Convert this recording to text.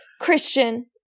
Christian